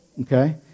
okay